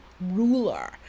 ruler